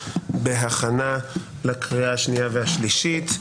אנחנו בהכנה לקריאה השנייה והשלישית.